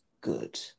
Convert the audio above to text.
good